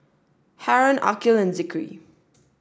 Haron Aqil and Zikri